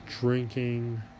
Drinking